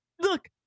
Look